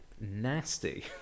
nasty